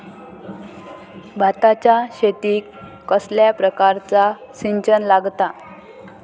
भाताच्या शेतीक कसल्या प्रकारचा सिंचन लागता?